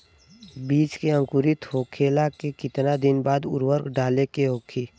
बिज के अंकुरित होखेला के कितना दिन बाद उर्वरक डाले के होखि?